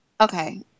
okay